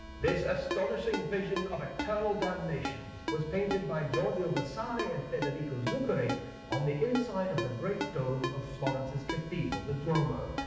this astonishing vision of eternai damnation was painted by giorgio vasari and federico zuccari on the inside of the great dome of fiorence's cathedrai, the duomo.